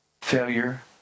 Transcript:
failure